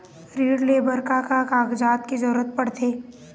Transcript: ऋण ले बर का का कागजात के जरूरत पड़थे?